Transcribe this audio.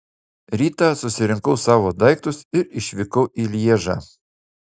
rytą susirinkau savo daiktus ir išvykau į lježą